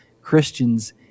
Christians